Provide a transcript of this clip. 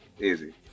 Easy